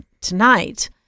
tonight